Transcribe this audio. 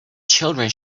children